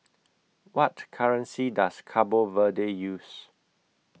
What currency Does Cabo Verde use